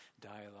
dialogue